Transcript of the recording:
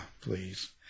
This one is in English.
please